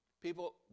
People